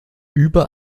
über